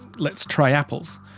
let's try apples.